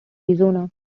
arizona